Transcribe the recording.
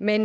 Men